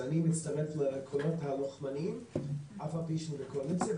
אז אני מצטרף לקולות הלוחמניים אף על פי שאני בקואליציה,